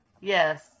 Yes